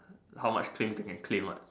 how much pain they can claim what